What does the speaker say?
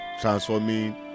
transforming